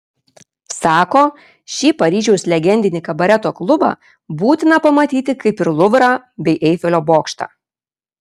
sako šį paryžiaus legendinį kabareto klubą būtina pamatyti kaip ir luvrą bei eifelio bokštą